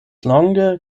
longe